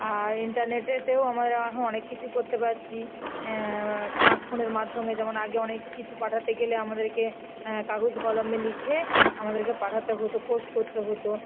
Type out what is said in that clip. আর ইন্টারনেটেও আমাদের এখন অনেক কিছু করতে পারছি স্মার্ট ফোনের মাধ্যমে যেমন আগে অনেক কিছু পাঠাতে গেলে আমাদেরকে কাগজ কলমে লিখে আমাদেরকে পাঠাতে হতো পোস্ট করতে হতো